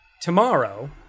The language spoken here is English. tomorrow